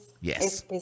Yes